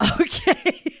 Okay